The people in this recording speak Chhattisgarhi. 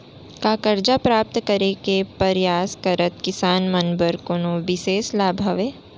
का करजा प्राप्त करे के परयास करत किसान मन बर कोनो बिशेष लाभ हवे?